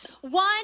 One